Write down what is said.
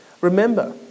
remember